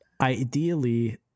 ideally